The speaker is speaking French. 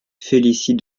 félicie